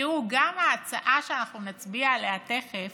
תראו, גם ההצעה שאנחנו נצביע עליה תכף